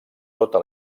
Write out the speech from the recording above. tota